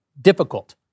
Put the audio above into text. difficult